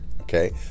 okay